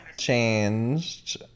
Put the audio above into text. Changed